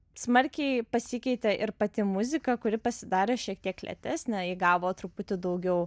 smarkiai pasikeitė ir pati muzika kuri pasidarė šiek tiek lėtesnė įgavo truputį daugiau